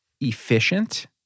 efficient